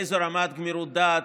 באיזו רמת גמירות דעת.